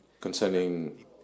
concerning